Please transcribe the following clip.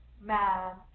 man